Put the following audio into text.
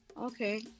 Okay